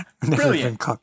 Brilliant